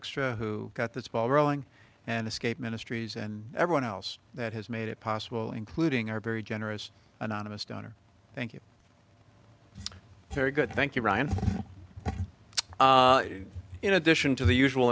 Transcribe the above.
member who got this ball rolling and escape ministries and everyone else that has made it possible including our very generous anonymous donor thank you very good thank you ryan in addition to the usual